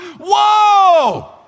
Whoa